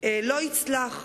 לא יצלחו.